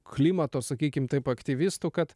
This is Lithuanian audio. klimato sakykime taip aktyvistų kad